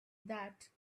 that